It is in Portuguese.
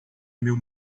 meu